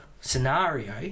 scenario